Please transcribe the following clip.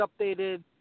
updated